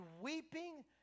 weeping